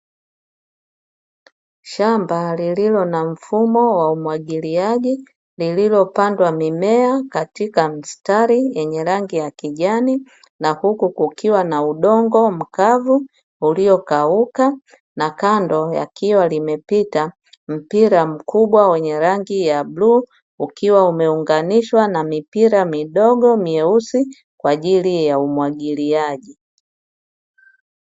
Shamba lililo na mfumo wa umwagiliaji lililo pandwa mimea katika mstari yenye rangi ya kijani na huku, kukiwa na udogo mkavu uliokauka, na kando umepita mpira mkubwa wa rangi ya bluu, ikiwa imeunganishwa na mipira midogo kwa ajiri ya umwagiliaji.